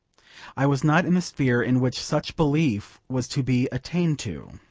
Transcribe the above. i was not in the sphere in which such belief was to be attained to.